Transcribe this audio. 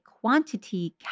quantity